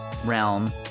realm